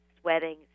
sweating